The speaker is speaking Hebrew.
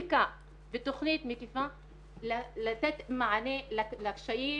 בדיקה ותכנית מקיפה לתת מענה לקשיים